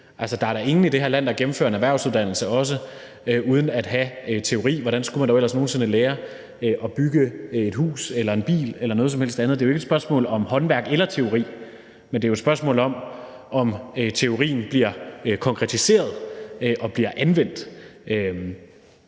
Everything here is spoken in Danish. er jo ingen i det her land, der gennemfører en erhvervsuddannelse uden også at have teori; hvordan skulle man dog ellers nogen sinde lære at bygge et hus eller en bil eller noget som helst andet? Det er jo ikke et spørgsmål om håndværk eller teori, men det er jo et spørgsmål om, om teorien bliver konkretiseret og bliver anvendt.